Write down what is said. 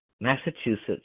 Massachusetts